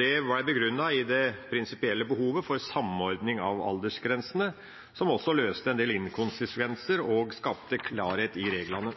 Det var begrunnet i det prinsipielle behovet for en samordning av aldersgrensene, som løste en del inkonsekvenser og skapte klarhet i reglene.